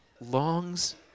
longs